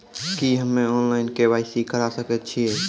की हम्मे online, KYC करा सकैत छी?